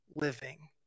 living